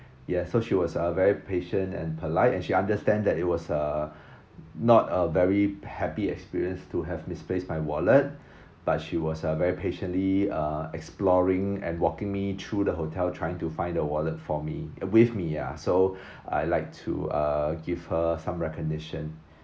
yes so she was uh very patient and polite and she understand that it was uh not a very happy experience to have misplaced my wallet but she was uh very patiently uh exploring and walking me through the hotel trying to find the wallet for me with me lah so I like to uh give her some recognition